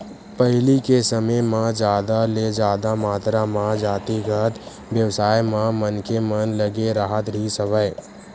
पहिली के समे म जादा ले जादा मातरा म जातिगत बेवसाय म मनखे मन लगे राहत रिहिस हवय